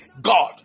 God